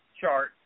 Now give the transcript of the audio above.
chart